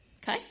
Okay